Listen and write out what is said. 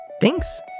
Thanks